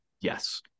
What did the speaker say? Yes